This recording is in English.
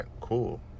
cool